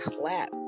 clap